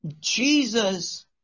Jesus